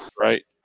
right